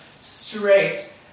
straight